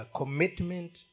commitment